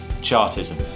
Chartism